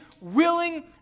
willing